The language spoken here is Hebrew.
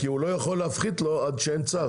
--- כן, כי הוא לא יכול להפחית לו עד שאין צו.